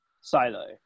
silo